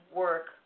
work